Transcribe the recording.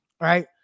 right